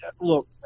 look